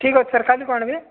ଠିକ୍ ଅଛି ସାର୍ କାଲିକୁ ଆଣିବି